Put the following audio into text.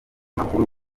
makuru